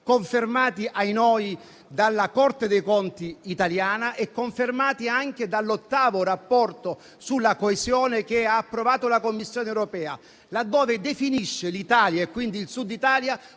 confermati - ahi noi - dalla Corte dei Conti italiana e confermati anche dall'ottavo Rapporto sulla coesione. Tale rapporto, approvato dalla Commissione europea, definisce l'Italia e quindi il Sud Italia